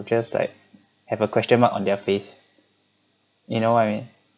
just like have a question mark on their face you know what I mean